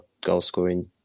goal-scoring